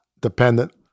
dependent